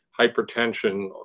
hypertension